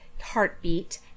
heartbeat